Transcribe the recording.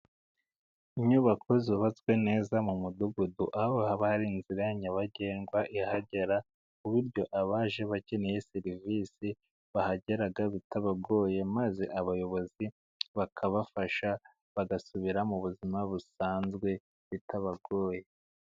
Inyubako zubatswe neza mu mudugudu. Aho haba hari inzira nyabagendwa ihagera. Ku buryo abaje bakeneye serivisi bahagera bitabagoye. Maze abayobozi bakabafasha bagasubira mu buzima busanzwe bitabagoye.